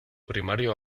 primario